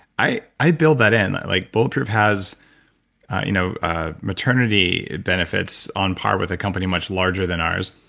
i i build that in like bulletproof has you know ah maternity benefits on par with a company much larger than ours.